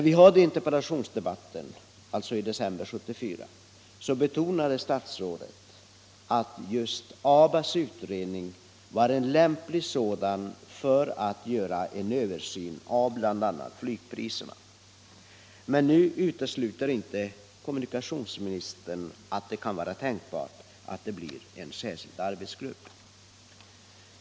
Under interpellationsdebatten i december 1974 betonade statsrådet att just ABA:s utredning var en lämplig sådan för att göra en översyn av bl.a. flygpriserna. Men nu utesluter kommunikationsministern att det kan vara tänkbart att det blir en särskild arbetsgrupp.